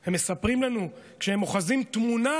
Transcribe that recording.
הם מספרים לנו, כשהם אוחזים תמונה